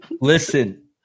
listen